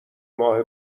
ماه